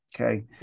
Okay